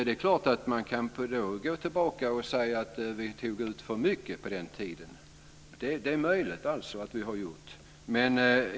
Det är klart att man gå tillbaka och säga att vi tog ut för mycket på den tiden. Det är möjligt att vi har gjort det.